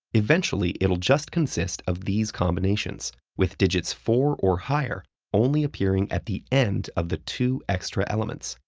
eventually, it'll just consist of these combinations, with digits four or higher only appearing at the end of the two extra elements,